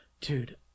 Dude